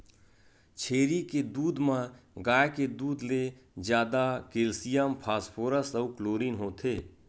छेरी के दूद म गाय के दूद ले जादा केल्सियम, फास्फोरस अउ क्लोरीन होथे